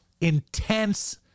intense